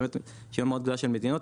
באמת רשימה מאוד גבוהה של מדינות.